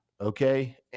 okay